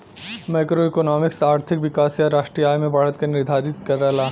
macroeconomics आर्थिक विकास या राष्ट्रीय आय में बढ़त के निर्धारित करला